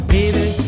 Baby